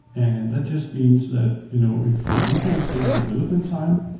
and that just means that you know if if you can save development time,